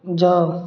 जाउ